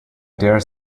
dare